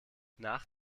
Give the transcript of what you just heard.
nach